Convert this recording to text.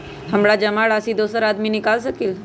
हमरा जमा राशि दोसर आदमी निकाल सकील?